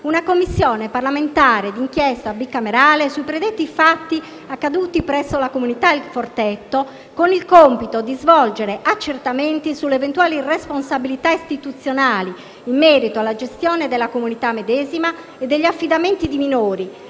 una Commissione parlamentare di inchiesta bicamerale sui predetti fatti accaduti presso la comunità «Il Forteto», con il compito di svolgere accertamenti sulle eventuali responsabilità istituzionali in merito alla gestione della comunità medesima e degli affidamenti di minori,